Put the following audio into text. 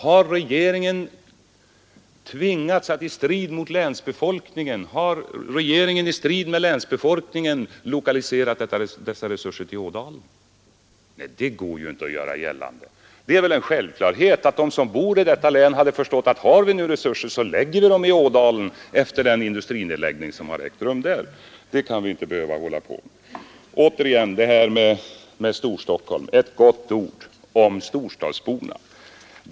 Har regeringen tvingats att i strid med länsbefolkningen lokalisera dessa resurser till Ådalen? Nej, det går ju inte att göra gällande något sådant. Det är väl en självklarhet att de som bor i detta län hade resonerat som så: Om vi nu har resurser, så lägger vi ner dem i Ådalen efter den industrinedläggning som har ägt rum där. Detta kan vi inte behöva hålla på att diskutera. Återigen detta med Storstockholm och ett gott ord om storstadsborna.